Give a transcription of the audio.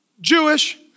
Jewish